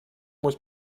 was